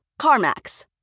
CarMax